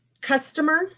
customer